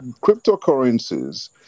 Cryptocurrencies